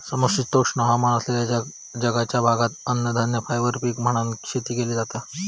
समशीतोष्ण हवामान असलेल्या जगाच्या भागात अन्नधान्य, फायबर पीक म्हणान शेती केली जाता